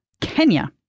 Kenya